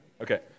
Okay